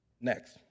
Next